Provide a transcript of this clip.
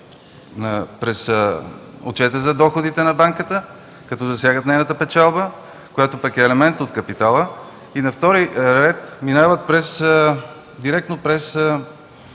– отчет за доходите за банката, като засягат нейната печалба, която пък е елемент от капитала. На втори ред, минават директно през